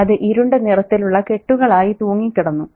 അത് ഇരുണ്ട നിറത്തിലുള്ള കെട്ടുകളായി തൂങ്ങിക്കിടന്നു